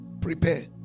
Prepare